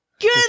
Good